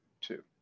Two